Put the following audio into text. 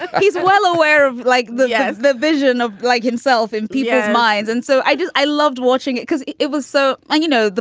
he's well aware of, like the yeah the vision of like himself in people's minds. and so i just i loved watching it because it it was so, like you know,